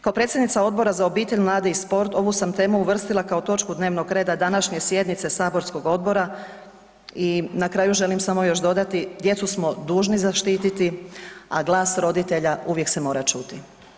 Kao predsjednica Odbora za obitelj, mlade i sport ovu sam temu uvrstila kao točku dnevnog reda današnje sjednice saborskog odbora i na kraju želim samo još dodati djecu smo dužni zaštititi, a glas roditelja uvijek se mora čuti.